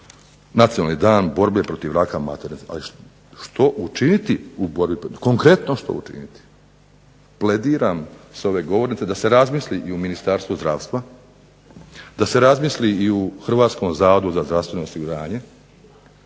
Nacionalni dan borbe protiv raka maternice, ali što učiniti, što konkretno što učiniti? Plediram s ove govornice da se razmisli i u Ministarstvu zdravstva, da se razmisli i u Hrvatskom zavodu za zdravstveno osiguranje